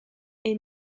est